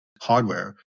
hardware